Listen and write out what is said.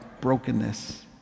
brokenness